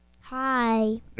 Hi